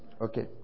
Okay